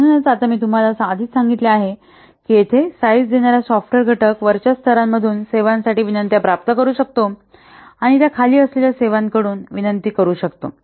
म्हणून आता मी तुम्हाला आधीच सांगितले आहे की येथे साईझ देणारा सॉफ्टवेअर घटक वरच्या स्तरांमधून सेवांसाठी विनंत्या प्राप्त करू शकतो आणि त्या खाली असलेल्या सेवांकडून विनंती करू शकतो